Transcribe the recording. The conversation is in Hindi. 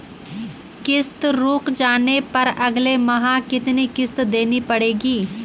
किश्त रुक जाने पर अगले माह कितनी किश्त देनी पड़ेगी?